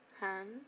hand